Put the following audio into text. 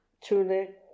tunic